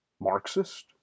Marxist